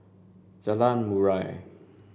Jalan Murai